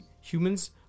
Humans